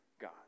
God